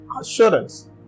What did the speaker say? Assurance